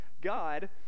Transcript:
God